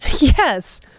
yes